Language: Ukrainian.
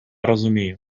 розумію